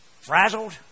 frazzled